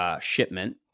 shipment